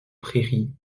prairies